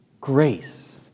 Grace